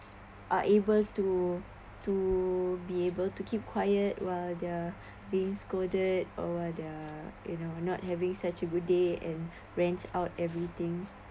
are able to to to be able to keep quiet while they're being scolded or they're you know not having such a good day and rent out everything